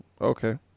okay